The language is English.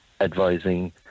advising